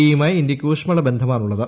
E യുമായി ഇന്ത്യയ്ക്ക് ഊഷ്മള ബന്ധമാണുള്ളത്